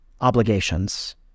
obligations